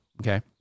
okay